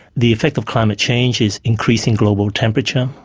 the effect of climate change is increasing global temperature,